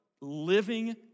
living